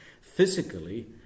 Physically